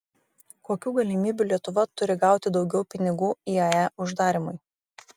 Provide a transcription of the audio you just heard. kokių galimybių lietuva turi gauti daugiau pinigų iae uždarymui